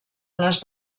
les